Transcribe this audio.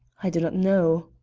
i do not know.